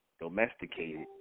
domesticated